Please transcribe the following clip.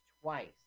twice